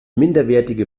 minderwertige